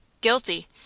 Guilty